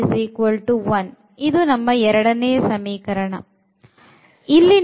ಎರಡನೆಯ ಸಮೀಕರಣ